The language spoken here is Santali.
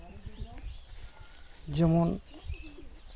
ᱡᱮᱢᱚᱱ